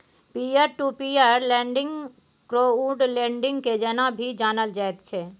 peer to peer lending crowd lending के जेना भी जानल जाइत छै